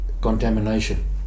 contamination